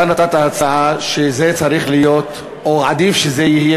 אתה נתת הצעה שזה צריך להיות או שעדיף שזה יהיה